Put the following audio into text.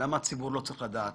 למה הציבור לא צריך לדעת,